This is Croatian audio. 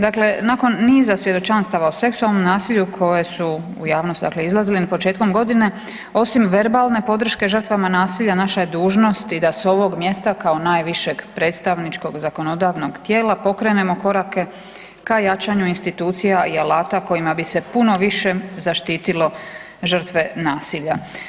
Dakle, nakon niza svjedočanstava o seksualnom nasilju koje su u javnost izlazile početkom godine, osim verbalne podrške žrtvama nasilja naša je dužnost i da s ovog mjesta kao najvišeg predstavničkog, zakonodavnog tijela pokrenemo koraka ka jačanju institucija i alata kojima bi se puno više zaštitilo žrtve nasilja.